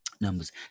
numbers